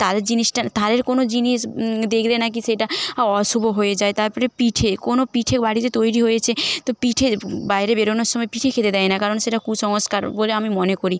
তাল জিনিসটা তাল কোনো জিনিস দেখলে না কি সেটা অশুভ হয়ে যায় তারপরে পিঠে কোনো পিঠে বাড়িতে তৈরি হয়েছে তো পিঠের বাইরে বেরোনোর সময় পিঠে খেতে দেয় না কারণ সেটা কুসংস্কার বলে আমি মনে করি